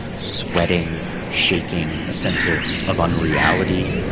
sweating, shaking, a sense of of unreality,